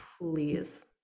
Please